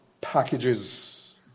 packages